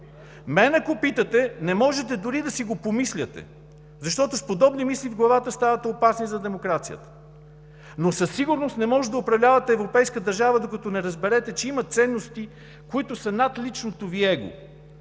Мен ако питате, не може дори да си го помисляте! С подобни мисли в главата ставате опасни за демокрацията, но със сигурност не може да управлявате европейска държава, докато не разберете, че има ценности, които са над личното Ви его,